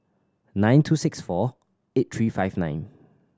nine two six four eight three five nine